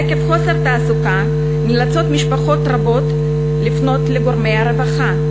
עקב חוסר תעסוקה נאלצות משפחות רבות לפנות לגורמי הרווחה.